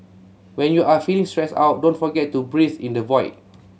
when you are feeling stressed out don't forget to breathe in the void